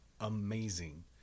amazing